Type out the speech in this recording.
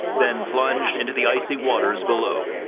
then plunged into the icy waters below.